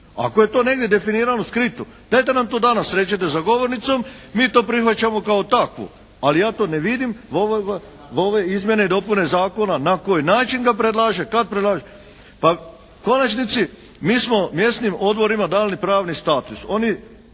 Ako to negdje definirano i skrito, dajte nam to danas rečite za govornicom. Mi to prihvaćamo kao takvo, ali ja to ne vidim u ovoj izmjeni i dopuni zakona na koji način ga predlaže, kad predlaže. Pa u konačnici mi smo mjesnim odborima dali pravni status.